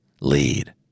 Lead